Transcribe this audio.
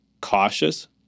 cautious